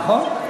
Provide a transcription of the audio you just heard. נכון.